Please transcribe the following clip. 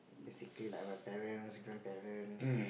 basically like my parents grandparents